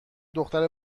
دختر